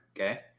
okay